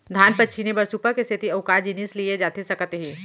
धान पछिने बर सुपा के सेती अऊ का जिनिस लिए जाथे सकत हे?